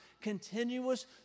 continuous